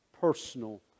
personal